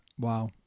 Wow